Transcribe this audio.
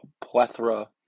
plethora